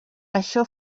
això